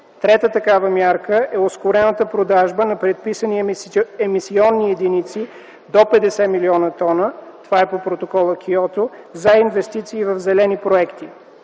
Трета такава мярка е ускорената продажба на предписани емисионни единици до 50 млн. т, това е по Протокола от Киото, за инвестиции в зелени проекти.